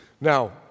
Now